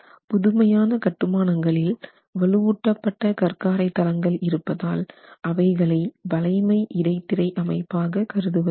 புதுமையான கட்டுமானங்களில் வலுவூட்டப்பட்ட கற் காரை தளங்கள் இருப்பதால் அவைகளை வளைமை இடைத்திரை அமைப்பாக கருதுவதில்லை